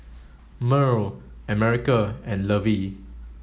Merl America and Lovey